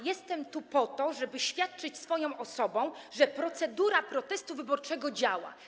Jestem tu po to, żeby świadczyć swoją osobą, że procedura protestu wyborczego działa.